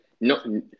no